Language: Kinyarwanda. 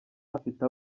afite